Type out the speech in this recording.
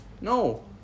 No